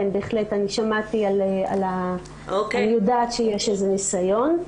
כן, בהחלט, אני יודעת שיש איזה ניסיון.